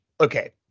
okay